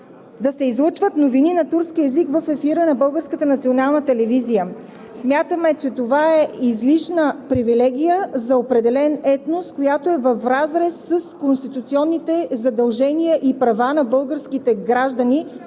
на Българската национална телевизия. (Силен шум.) Смятаме, че това е излишна привилегия за определен етнос, която е в разрез с конституционните задължения и права на българските граждани